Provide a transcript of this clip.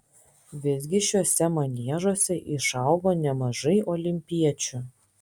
visgi šiuose maniežuose išaugo nemažai olimpiečių